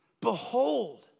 behold